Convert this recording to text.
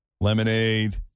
Lemonade